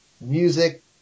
music